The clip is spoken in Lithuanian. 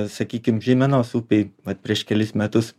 sakykim žeimenos upėj vat prieš kelis metus